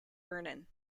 vernon